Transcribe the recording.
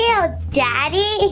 Daddy